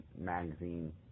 magazine